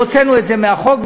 והוצאנו את זה מהחוק.